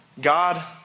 God